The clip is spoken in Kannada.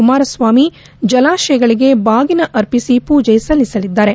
ಕುಮಾರಸ್ವಾಮಿ ಜಲಾಶಯಗಳಿಗೆ ಬಾಗಿನ ಅರ್ಪಿಸಿ ಪೂಜೆ ಸಲ್ಲಿಸಲಿದ್ದಾರೆ